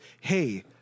hey